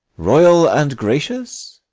royal and gracious.